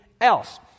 else